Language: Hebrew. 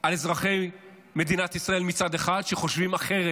על אזרחי מדינת ישראל שחושבים אחרת,